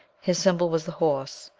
his symbol was the horse.